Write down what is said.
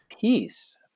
peace